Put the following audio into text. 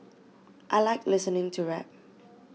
I like listening to rap